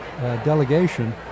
delegation